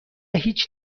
هیچ